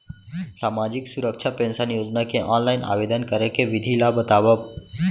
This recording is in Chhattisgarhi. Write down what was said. सामाजिक सुरक्षा पेंशन योजना के ऑनलाइन आवेदन करे के विधि ला बतावव